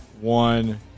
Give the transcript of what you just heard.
one